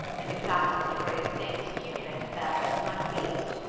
and examine the curious things accumulated there, just as i pleased.